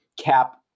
cap